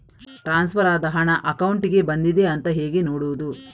Transfer ಆದ ಹಣ ಅಕೌಂಟಿಗೆ ಬಂದಿದೆ ಅಂತ ಹೇಗೆ ನೋಡುವುದು?